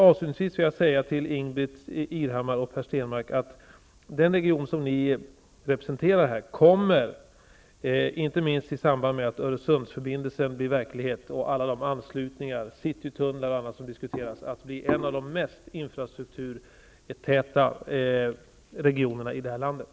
Avslutningsvis skulle jag därför till Ingbritt Irhammar och Per Stenmarck vilja säga att den region som de representerar kommer -- inte minst i samband med att Öresundsförbindelsen och alla de anslutningar, citytunnlar och annat, som diskuteras, blir verklighet -- att bli en av de mest infrastrukturtäta regionerna i det här landet.